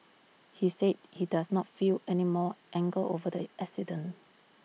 he said he does not feel any more anger over the accident